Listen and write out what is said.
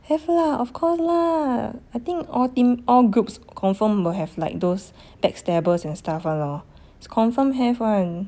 have lah of course lah I think all team all groups confirm will have like those backstabbers and stuff [one] lor is confirm have [one]